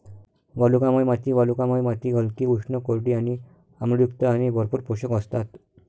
वालुकामय माती वालुकामय माती हलकी, उष्ण, कोरडी आणि आम्लयुक्त आणि भरपूर पोषक असतात